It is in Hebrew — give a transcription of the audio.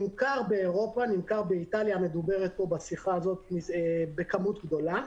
נמכר באיטליה המדוברת בשיחה הזאת בכמות גדולה,